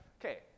Okay